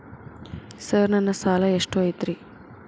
Sir ನನ್ನ ಸಾಲಾ ಎಷ್ಟು ಐತ್ರಿ?